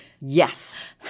yes